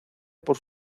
por